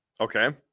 Okay